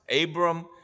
Abram